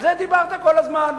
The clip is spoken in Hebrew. על זה דיברת כל הזמן,